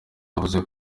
yavuze